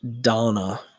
Donna